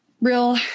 real